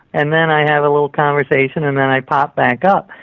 and then i have a little conversation. and then i pop back up,